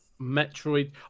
Metroid